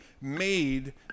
made